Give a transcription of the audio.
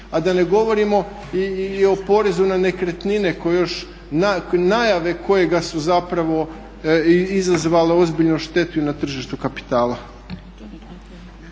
a da ne govorimo i o porezu na nekretnine koji još, najave kojega su zapravo izazvale ozbiljnu štetu i na tržištu kapitala.